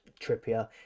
Trippier